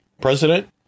president